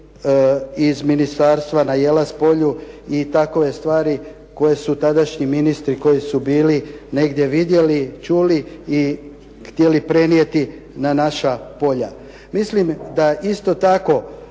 iz Ministarstva na Jelas polju i takove stvari koje su tadašnji ministri koji su bili negdje vidjeli, čuli i htjeli prenijeti na naša polja. Mislim da isto tako,